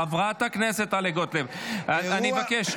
חברת הכנסת טלי גוטליב, אני מבקש.